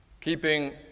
keeping